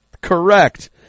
Correct